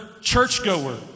churchgoer